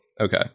Okay